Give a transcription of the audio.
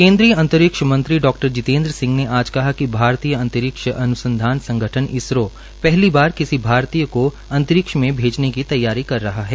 केन्द्रीय अंतरिक्ष डॉ जितेन्द्र सिंह ने आज कहा कि भारतीय अंतरिक्ष अनुसंधान संगठन इसरो पहली बार किसी भारतीय अंतरिक्ष में भेजने की तैयारी कर रहा है